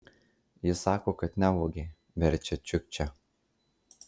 jis sako kad nevogė verčia čiukčia